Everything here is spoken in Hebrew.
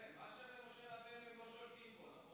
מה שווה משה רבנו אם לא שולטים בו?